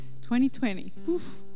2020